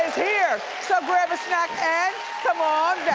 is here. so grab a snack and come on